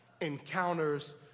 encounters